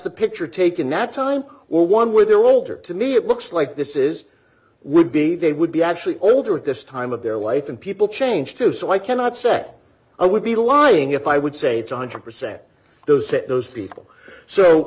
the picture taken that time or one where there were older to me it looks like this is would be they would be actually older at this time of their life and people change too so i cannot say i would be lying if i would say it's one hundred percent those that those people so